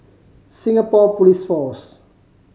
Singapore Police Force